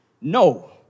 No